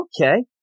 Okay